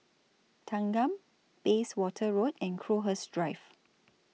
Thanggam Bayswater Road and Crowhurst Drive